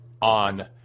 on